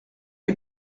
est